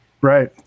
Right